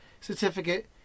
certificate